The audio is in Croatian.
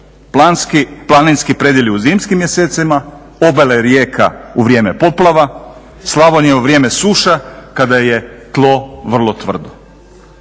planinski predjeli u zimskim mjesecima, obale rijeka u vrijeme poplava, Slavonija u vrijeme suša kada je tlo vrlo tvrdo?